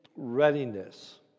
Readiness